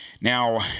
Now